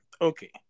Okay